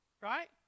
right